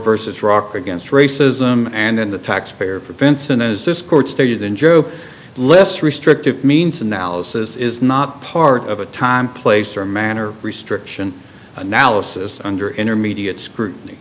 versus rock against racism and the taxpayer for benson as this court stated in joe less restrictive means analysis is not part of a time place or manner restriction analysis under intermediate scrutiny